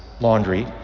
Laundry